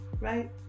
right